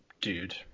dude